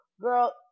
Girl